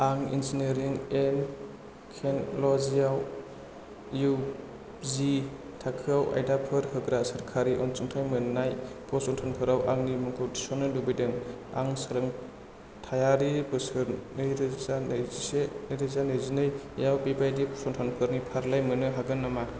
आं engineering and technology आव इउजि थाखोआव आयदाफोर होग्रा सोरखारि अनसुंथाइ मोन्नाय फसंथानफोराव आंनि मुंखौ थिसन्नो लुबैदों आं सोलोंथायारि बोसोर नैरोजा नैजिसे नैरोजा नैजिनै आव बेबायदि फसंथानफोरनि फारिलाइ मोन्नो हागोन नामा